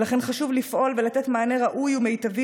ולכן חשוב לפעול ולתת מענה ראוי ומיטבי